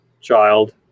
child